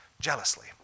Jealously